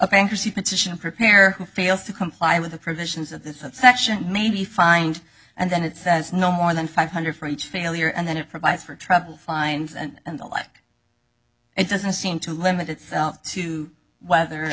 bankruptcy petition preparer who fails to comply with the provisions of this section may be fined and then it says no more than five hundred for each failure and then it provides for trouble fines and the like it doesn't seem to limit itself to whether